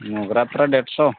ᱢᱚᱜᱽᱨᱟ ᱯᱨᱟᱭ ᱰᱮᱹᱲ ᱥᱚ